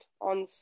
on